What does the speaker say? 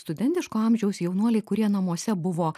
studentiško amžiaus jaunuoliai kurie namuose buvo